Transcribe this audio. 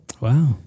Wow